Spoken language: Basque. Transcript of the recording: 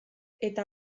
eta